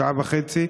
שעה וחצי,